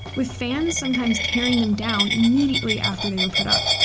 with fans sometimes tearing them down immediately after they were put up.